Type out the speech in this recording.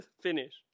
finish